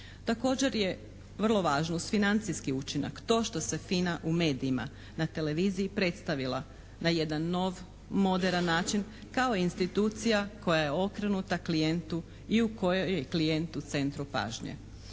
Također je vrlo važno uz financijski učinak, to što se FINA u medijima, na televiziji predstavila na jedan nov, moderan način, kao institucija koja je okrenuta klijentu i u kojoj je klijent u centru pažnje.